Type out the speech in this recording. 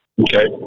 Okay